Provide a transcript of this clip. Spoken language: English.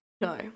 No